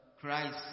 Christ